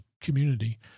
community